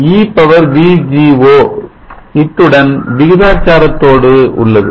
eVGO த்துடன் விகிதாச்சாரத்தோடு உள்ளது